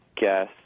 guess